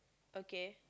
okay